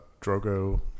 Drogo